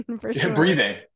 Breathing